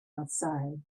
outside